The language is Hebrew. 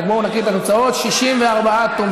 רק בואו נקריא את התוצאות: 64 תומכים,